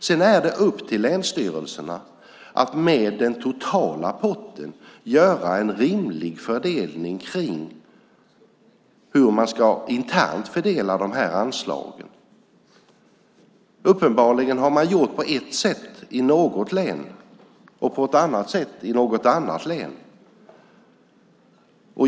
Sedan är det upp till länsstyrelserna att med den totala potten göra en rimlig bedömning av hur man internt ska fördela anslagen. Uppenbarligen har man gjort på ett sätt i något län och på ett annat sätt i något annat län.